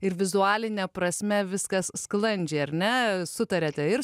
ir vizualine prasme viskas sklandžiai ar ne sutariate ir